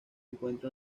encuentra